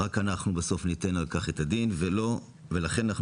רק אנחנו בסוף ניתן על כך את הדין ולכן אנחנו